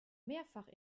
mehrfach